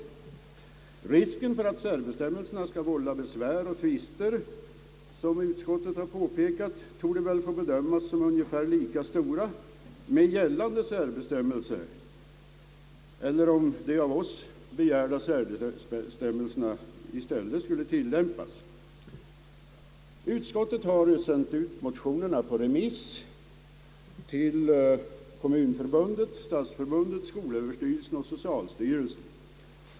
Risken för att de av oss begärda särbestämmelserna vid tillämpningen skall vålla besvär och tvister — utskottet har påpekat den möjligheten — torde väl få bedömas som ungefär lika stor med de nu gällande särbestämmelserna. Utskottet har sänt ut motionerna på remiss till Kommunförbundet, Stadsförbundet, skolöverstyrelsen och socialstyrelsen.